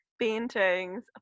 paintings